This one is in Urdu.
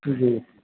جی